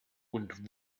und